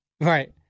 Right